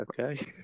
Okay